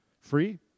Free